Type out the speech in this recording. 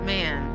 Man